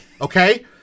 okay